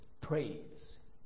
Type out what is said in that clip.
praise